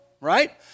right